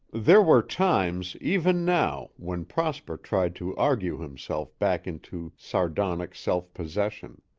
there were times, even now, when prosper tried to argue himself back into sardonic self-possession.